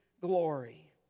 glory